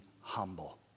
humble